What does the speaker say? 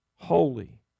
Holy